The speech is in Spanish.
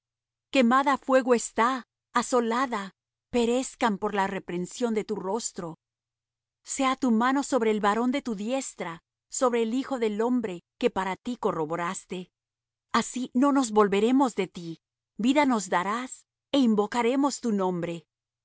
quemada á fuego está asolada perezcan por la reprensión de tu rostro sea tu mano sobre el varón de tu diestra sobre el hijo del hombre que para ti corroboraste así no nos volveremos de ti vida nos darás é invocaremos tu nombre